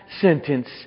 sentence